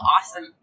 awesome